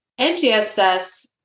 NGSS